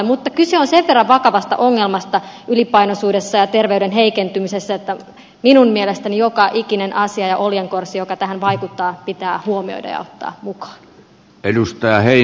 mutta kyse on sen verran vakavasta ongelmasta ylipainoisuudessa ja terveyden heikentymisessä että minun mielestäni joka ikinen asia ja oljenkorsi joka tähän vaikuttaa pitää huomioida ja ottaa mukaan